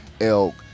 elk